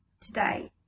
Today